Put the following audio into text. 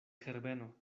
herbeno